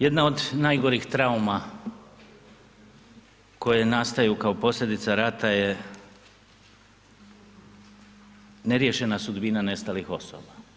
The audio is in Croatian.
Jedna od najgorih trauma koje nastaju kao posljedica rata je neriješena sudbina nestalih osoba.